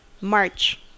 March